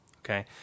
Okay